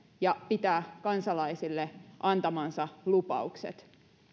ja pitää kansalaisille antamansa lupaukset